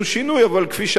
אבל כפי שאמר בג"ץ,